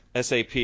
SAP